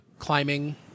climbing